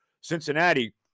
Cincinnati